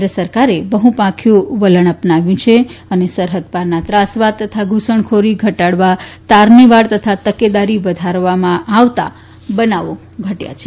કેન્દ્ર સરકારે બહપાંખીય વલણ અપનાવ્યું છે અને સરહદ પારના ત્રાસવાદ તથા ધુસણખોરી ઘટાડવા તારની વાડ તથા તકેદારી વધારવામાં આવતાં બનાવો ઘટ્યા છે